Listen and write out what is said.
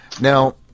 Now